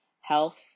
health